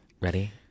ready